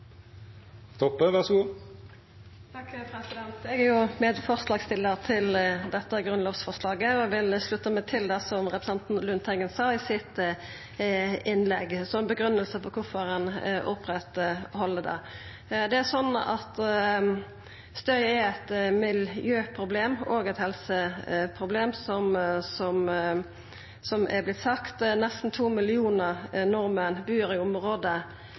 jo medforslagsstiller til dette grunnlovsforslaget, og eg vil slutta meg til det som representanten Lundteigen sa i sitt innlegg som grunngiving for kvifor ein opprettheld det. Støy er eit miljøproblem og eit helseproblem, som det er vorte sagt. Nesten to millionar nordmenn bur i